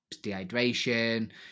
dehydration